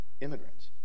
Immigrants